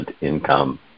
income